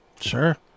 Sure